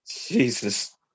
Jesus